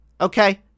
Okay